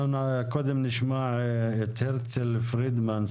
אנחנו קודם נשמע את הרצל פרידמן,